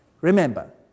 Remember